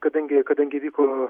kadangi kadangi vyko